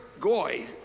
Goy